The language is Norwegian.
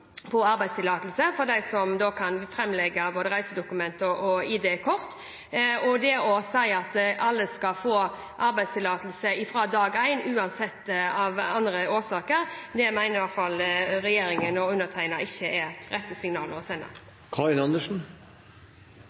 arbeidstillatelse for dem som kan framlegge både reisedokumenter og ID-kort. Det å si at alle skal få arbeidstillatelse fra dag én, uansett årsaker, mener iallfall regjeringen og undertegnede ikke er rette signalet å sende.